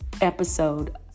episode